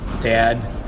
Dad